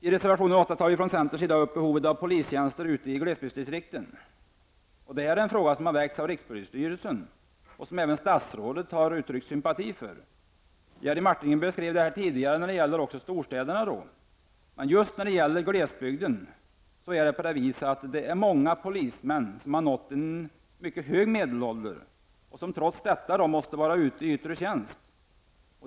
I reservation 8 tar vi i centern upp behovet av polistjänster ute i glesbygdsdistrikten. Detta är en fråga som väckts av rikspolisstyrelsen och som även statsrådet har uttryckt sympati för. Jerry Martinger tog tidigare upp detta problem i storstäderna. Men just när det gäller glesbygden är det många poliser som har nått en hög lder och som trots detta måste vara ute i yttre tjänst.